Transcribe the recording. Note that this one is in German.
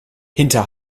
hinter